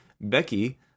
Becky